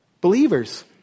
believers